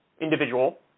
individual